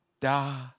da